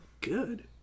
good